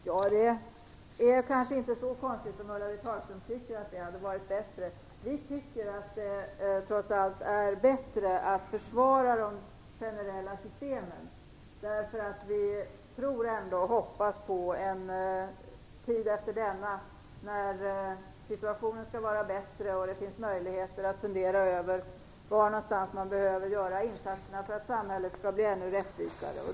Fru talman! Det kanske inte är så konstigt att Ulla Britt Hagström tycker att deras idé hade varit bättre. Vi tycker trots allt att det är bättre att försvara de generella systemen. Vi tror och hoppas på en tid efter denna, när situationen skall vara bättre och det finns möjligheter att fundera över var man behöver göra insatserna för att samhället skall bli ännu mera rättvist.